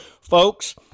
Folks